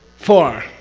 four,